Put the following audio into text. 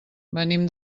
venim